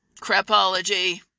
crapology